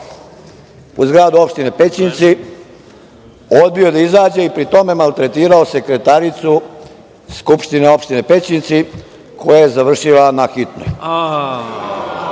u zgradu Opštine Pećinci, odbio da izađe i pri tome maltretirao sekretaricu Skupštine opštine Pećinci koja je završila na hitnoj.